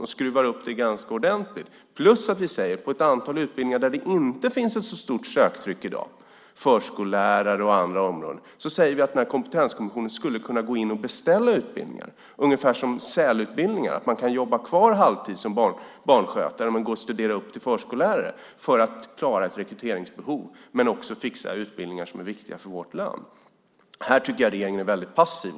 Vi skruvar upp det ganska ordentligt och säger också att på ett antal utbildningar där det inte finns ett så stort söktryck i dag - förskollärare och andra områden - skulle kompetenskommissionen kunna gå in och beställa utbildningar, ungefär som SÄL-utbildningarna. Man ska kunna jobba kvar halvtid som barnskötare samtidigt som man går och studerar upp till förskollärare, detta för att klara rekryteringsbehovet men också fixa utbildningar som är viktiga för vårt land. Här tycker jag att regeringen är väldigt passiv.